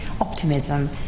optimism